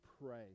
pray